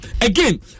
again